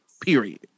period